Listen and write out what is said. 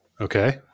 Okay